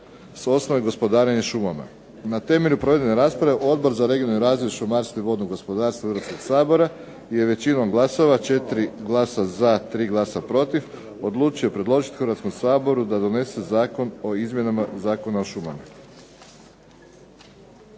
s osnova gospodarenja šumama. Na temelju provedene rasprave Odbor za regionalni razvoj, šumarstvo i vodno gospodarstvo Hrvatskog sabora je većinom glasova 4 glasa za, 3 glasa protiv odlučio predložiti Hrvatskom saboru da donese Zakon o izmjenama Zakona o šumama.